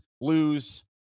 lose